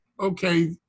okay